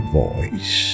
voice